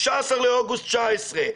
19 באוגוסט 19',